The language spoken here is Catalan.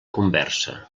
conversa